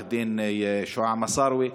עו"ד שועאע מסארווה.